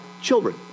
children